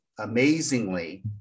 amazingly